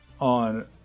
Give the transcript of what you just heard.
on